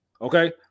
okay